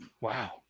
Wow